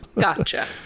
Gotcha